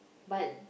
but